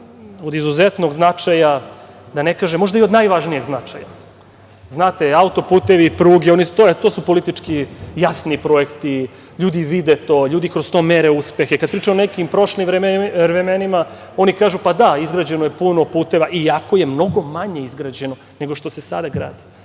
od izuzetnog značaja, da ne kažem možda i od najvažnijeg značaja. Autoputevi, pruge to su politički jasni projekti. Ljudi vide to. Ljudi kroz to mere uspehe. Kada pričaju o nekim prošlim vremenima, oni kažu – da, izgrađeno je puno puteva iako je mnogo manje izgrađeno nego što se sada gradi,